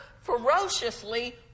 ferociously